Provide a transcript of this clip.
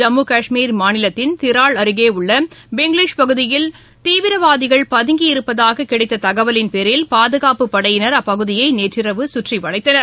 ஜம்மு கஷ்மீர் மாநிலத்தின் திராள் அருகே உள்ள பிங்லீஷ் பகுதியில் தீவிரவாதிகள் பதங்கியிருப்பதாக கிடைத்த கவலின் பேரில் பாதுகாப்பு படையினர் அப்பகுதியை நேற்றிரவு சுற்றி வளைத்தனர்